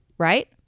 right